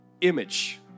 image